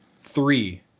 three